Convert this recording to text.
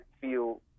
feel